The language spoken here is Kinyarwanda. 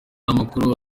amakuru